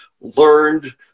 learned